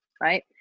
right